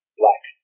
black